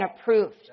approved